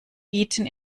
bieten